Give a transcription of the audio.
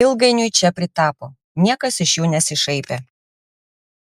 ilgainiui čia pritapo niekas iš jų nesišaipė